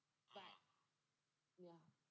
mmhmm